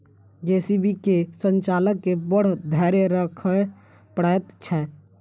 JCB के संचालक के बड़ धैर्य राखय पड़ैत छै